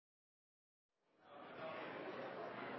loven er klar,